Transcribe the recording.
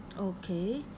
okay